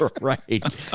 Right